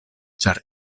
ĉar